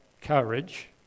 courage